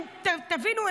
תבינו,